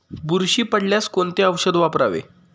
बुरशी पडल्यास कोणते औषध वापरावे?